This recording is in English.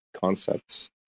concepts